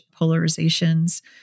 polarizations